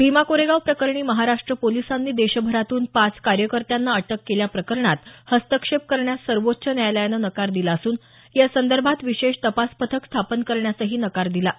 भीमा कोरेगाव प्रकरणी महाराष्ट पोलिसांनी देशभरातून पाच कार्यकर्त्यांना अटक केल्या प्रकरणात हस्तक्षेप करण्यास सर्वोच्च न्यायालयानं नकार दिला असून यासंदर्भात विशेष तपास पथक स्थापन करण्यासही नकार दिला आहे